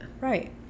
right